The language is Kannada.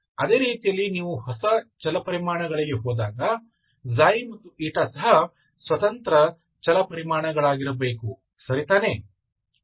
ಅದೇ ರೀತಿಯಲ್ಲಿ ನೀವು ಹೊಸ ಚಲಪರಿಮಾಣಗಳಿಗೆ ಹೋದಾಗ ξ ಮತ್ತು η ಸಹ ಸ್ವತಂತ್ರ ಚಲಪರಿಮಾಣಗಳಾಗಿರಬೇಕು ಸರಿ ತಾನೇ